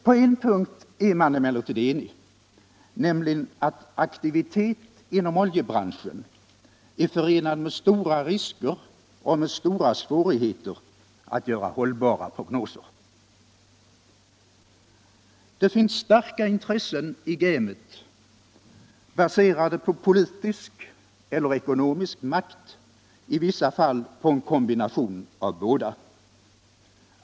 På en punkt är vi emellertid eniga, nämligen om att aktivitet inom oljebranschen är förenad med stora risker och med stora svårigheter att göra hållbara prognoser. Det finns starka intressen i gamet, baserade på politisk eller ekonomisk makt, i vissa fall på en kombination av båda.